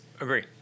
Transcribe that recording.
agree